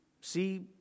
see